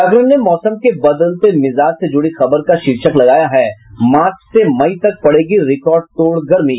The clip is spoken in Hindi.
जागरण ने मौसम के बदलते मिजाज से जुड़ी खबर का शीर्षक लगाया है मार्च से मई तक पड़ेगी रिकॉर्ड तोड़ गर्मी